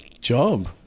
job